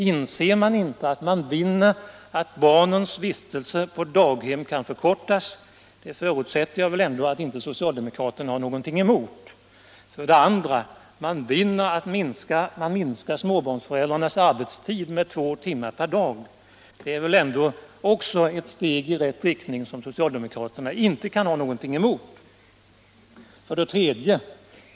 Inser man inte att man vinner på att barnens vistelse på daghem kan förkortas? Jag förutsätter trots allt att socialdemokraterna inte har något emot det förslaget. Att man minskar föräldrarnas arbetstid med två timmar per dag är väl också ett steg i rätt riktning som socialdemokraterna inte kan ha något emot?